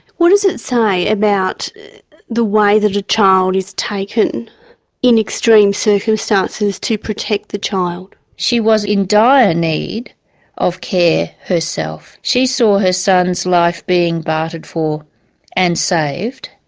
what does it say about the way that a child is taken in extreme circumstances to protect the child? she was in dire need of care herself. she saw her son's life being bartered for and saved,